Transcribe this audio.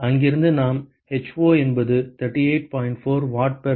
இங்கிருந்து நாம் ho என்பது 38